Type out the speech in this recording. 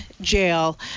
jail